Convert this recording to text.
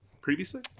previously